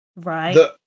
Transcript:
Right